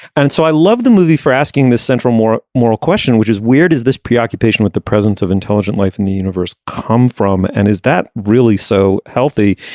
and so i love the movie for asking the central more moral question which is weird is this preoccupation with the presence of intelligent life in the universe come from. and is that really so healthy.